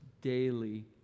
daily